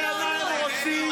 אתה יודע מה הם רוצים?